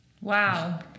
Wow